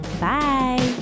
Bye